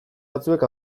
batzuek